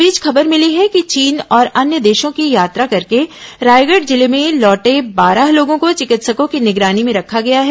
इस बीच खबर मिली है कि चीन और अन्य देशों की यात्रा करके रायगढ़ जिले में लौटे बारह लोगों को चिकित्सकों की निगरानी में रखा गया है